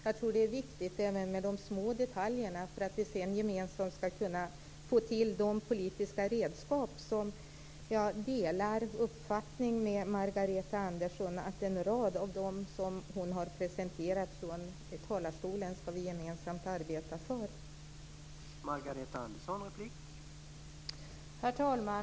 Jag tror att det är viktigt även med de små detaljerna för att vi sedan gemensamt skall kunna få till de politiska redskap som behövs. Jag delar Margareta Anderssons uppfattning, och en rad av de förslag som hon har presenterat från talarstolen skall vi arbeta gemensamt för.